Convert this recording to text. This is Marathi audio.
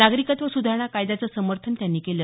नागरिकत्व सुधारणा कायद्याचं समर्थन त्यांनी केलं